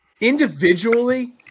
individually